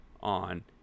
on